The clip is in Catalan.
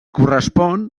correspon